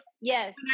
yes